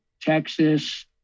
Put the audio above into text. Texas